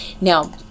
now